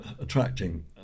attracting